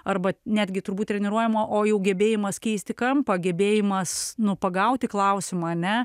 arba netgi turbūt treniruojama o jau gebėjimas keisti kampą gebėjimas nu pagauti klausimą ane